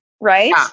Right